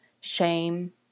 shame